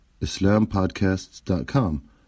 islampodcasts.com